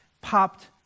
popped